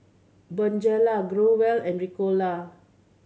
Bonjela Growell and Ricola